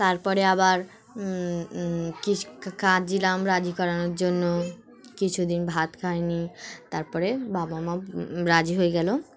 তারপরে আবার ক কাজ দিলাম রাজি করানোর জন্য কিছুদিন ভাত খায়নি তারপরে বাবা মা রাজি হয়ে গেলো